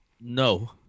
No